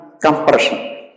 compression